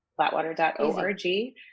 Flatwater.org